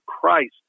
Christ